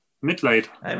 Mitleid